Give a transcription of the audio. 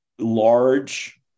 large